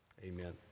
Amen